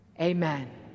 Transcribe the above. Amen